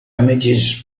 images